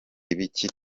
ibiki